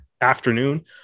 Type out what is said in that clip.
afternoon